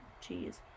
cheese